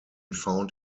found